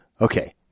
Okay